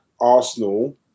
Arsenal